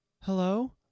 Hello